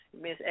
Miss